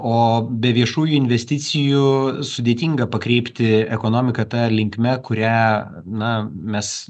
o be viešųjų investicijų sudėtinga pakreipti ekonomiką ta linkme kurią na mes